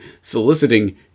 soliciting